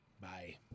Bye